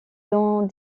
dans